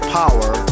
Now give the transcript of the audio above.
power